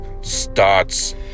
starts